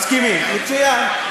מסכימים, מצוין.